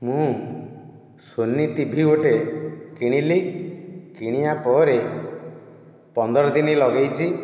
ମୁଁ Sony TV ଗୋଟିଏ କିଣିଲି କିଣିବା ପରେ ପନ୍ଦର ଦିନି ଲଗେଇଛି